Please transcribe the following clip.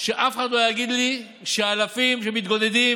שאף אחד לא יגיד לי שאלפים שמתגודדים,